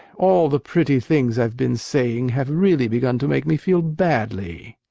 all the pretty things i've been saying have really begun to make me feel badly!